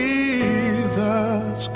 Jesus